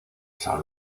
san